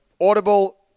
Audible